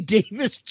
Davis